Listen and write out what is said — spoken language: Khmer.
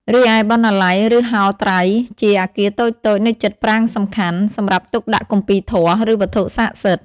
រីឯបណ្ណាល័យ ឬហោត្រៃ ជាអគារតូចៗនៅជិតប្រាង្គសំខាន់ សម្រាប់ទុកដាក់គម្ពីរធម៌ ឬវត្ថុស័ក្តិសិទ្ធិ។